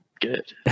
good